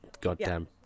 goddamn